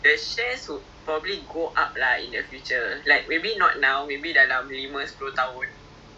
berbaloi lah then I I I mean ah I was looking at their annual report then old chang kee kan